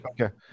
okay